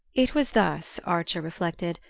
it was thus, archer reflected,